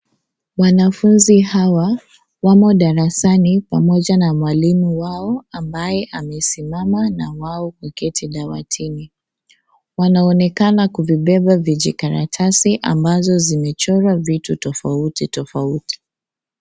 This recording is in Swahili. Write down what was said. Wanafunzi hawa wamo darasani pamoja mwalimu wao ambaye amesimama na wao wameketi dawatini. Wanaonekana kubeba vijikaratasi ambazo zimechorwa vitu tofauti tofauti.